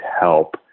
help